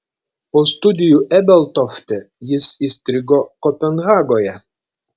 po studijų ebeltofte jis įstrigo kopenhagoje